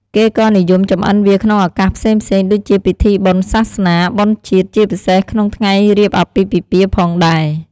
គេក៏និយមចម្អិនវាក្នុងឱកាសផ្សេងៗ ដូចជាពិធីបុណ្យសាសនា បុណ្យជាតិ ជាពិសេសក្នុងថ្ងៃរៀបអាពាហ៍ពិពាហ៍ផងដែរ។